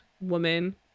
woman